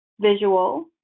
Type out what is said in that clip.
visual